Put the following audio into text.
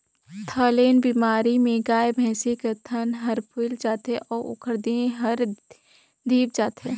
थनैल बेमारी में गाय, भइसी कर थन हर फुइल जाथे अउ ओखर देह हर धिप जाथे